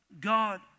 God